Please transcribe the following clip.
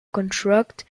contract